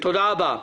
תודה רבה.